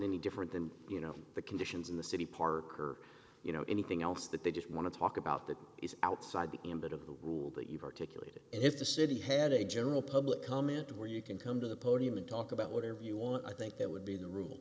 any different than you know the conditions in the city park or you know anything else that they just want to talk about that is outside the ambit of the rule that you've articulated and if the city had a general public comment where you can come to the podium and talk about whatever you want i think that would be the rule